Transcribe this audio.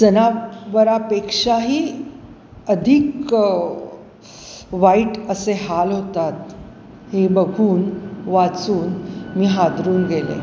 जनावरापेक्षाही अधिक वाईट असे हाल होतात हे बघून वाचून मी हातरून गेले